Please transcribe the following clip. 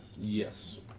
Yes